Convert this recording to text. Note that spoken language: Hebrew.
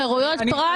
חירויות פרט/דיקטטורה.